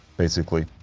basically